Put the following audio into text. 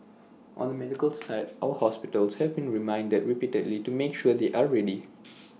on the medical side our hospitals have been reminded repeatedly to make sure they are ready